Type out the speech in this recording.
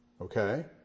Okay